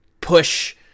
push